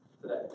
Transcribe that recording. today